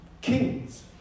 Kings